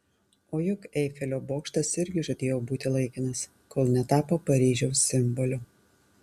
o juk eifelio bokštas irgi žadėjo būti laikinas kol netapo paryžiaus simboliu